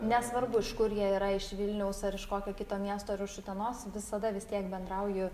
nesvarbu iš kur jie yra iš vilniaus ar iš kokio kito miesto ar iš utenos visada vis tiek bendrauju